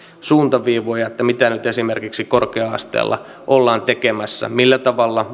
suuntaviivoja ja sitä mitä nyt esimerkiksi korkea asteella ollaan tekemässä millä tavalla